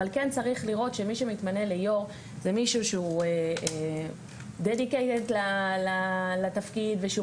אבל כן צריך לראות שמי שמתמנה ליו"ר זה מישהו שהוא מוקדש לתפקיד ושהוא